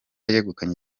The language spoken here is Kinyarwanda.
yegukanye